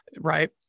right